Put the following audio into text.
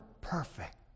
perfect